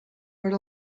per